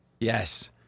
Yes